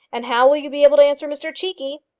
and how will you be able to answer mr cheekey?